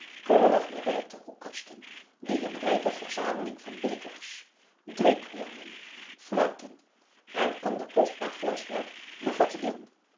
bewerkte hoekkasten die een rijke verzameling van bekers drinkhoornen fluiten en ander kostbaar glaswerk bevatteden